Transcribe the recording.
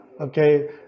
okay